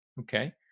Okay